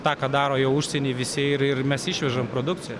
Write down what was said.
tą ką daro jau užsieny visi ir ir mes išvežam produkciją